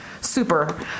super